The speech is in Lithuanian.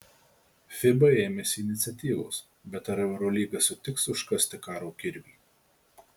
fiba ėmėsi iniciatyvos bet ar eurolyga sutiks užkasti karo kirvį